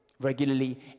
regularly